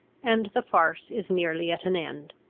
and the farce is nearly at an end!